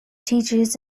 teachers